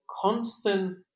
constant